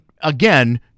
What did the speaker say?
again